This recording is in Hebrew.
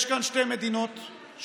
יש כאן שתי מדינות שונות,